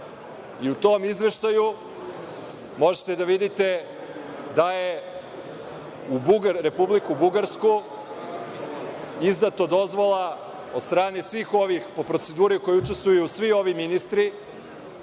U tom izveštaju možete da vidite da je Republici Bugarskoj izdata dozvola od strane svih ovih po proceduri koji učestvuju svi ovi ministri